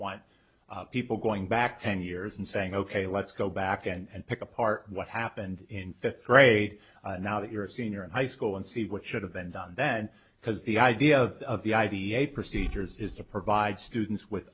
want people going back ten years and saying ok let's go back and pick apart what happened in fifth grade now that you're a senior in high school and see what should have been done then because the idea of the i b a procedures is to provide students with